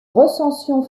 recensions